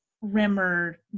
Rimmer